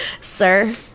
sir